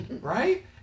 Right